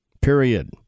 period